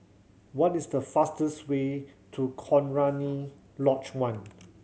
what is the fastest way to Cochrane Lodge One